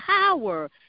power